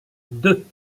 deux